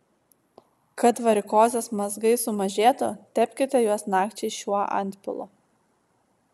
kad varikozės mazgai sumažėtų tepkite juos nakčiai šiuo antpilu